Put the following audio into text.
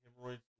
hemorrhoids